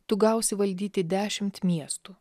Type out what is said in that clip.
tu gausi valdyti dešimt miestų